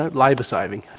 ah labour saving.